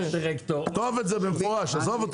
תכתוב את זה מפורשות.